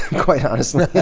quite honestly.